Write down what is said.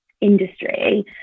industry